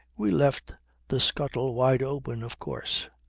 we left the scuttle wide open, of course.